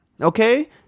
okay